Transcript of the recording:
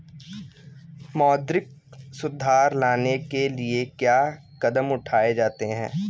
मौद्रिक सुधार लाने के लिए क्या कदम उठाए जाते हैं